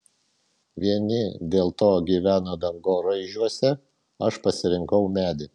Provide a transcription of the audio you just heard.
vieni dėl to gyvena dangoraižiuose aš pasirinkau medį